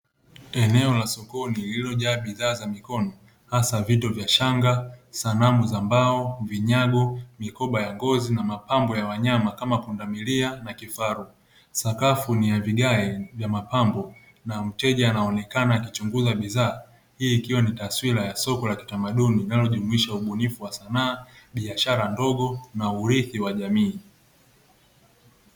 Eneo la sokoni lilojaa bidhaa za mikono, hasa: vitu vya shanga, sanamu za mbao, vinyago, mikoba ya ngozi; na mapambo ya wanyama kama pundamilia na kifaru. Sakafu ni ya vigae vya mapambo na mteja anaonekana akichunguza bidhaa. Hii ikiwa ni taswira ya soko la kitamaduni linalojumuisha ubunifu wa sanaa, biashara ndogo, na urithi wa jamii.